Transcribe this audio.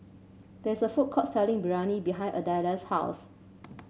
there is a food court selling Biryani behind Adella's house